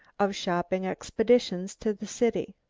of shopping expeditions to the city.